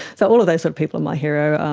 so all of those people are my heros,